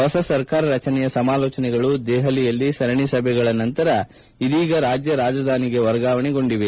ಹೊಸ ಸರ್ಕಾರ ರಚನೆಯ ಸಮಾಲೋಚನೆಗಳು ದೆಹಲಿಯಲ್ಲಿ ಸರಣಿ ಸಭೆಗಳ ನಂತರ ಇದೀಗ ರಾಜ್ಯ ರಾಜಧಾನಿಗೆ ವರ್ಗಾವಣೆ ಗೊಂಡಿದೆ